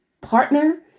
partner